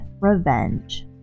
revenge